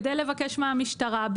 כדי לבקש מהמשטרה,